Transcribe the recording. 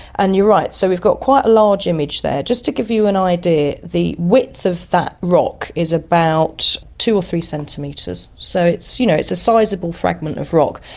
and you're right, so we've got quite a large image there. just to give you an idea, the width of that rock is about two or three centimetres. so it's you know it's a sizable fragment of rock.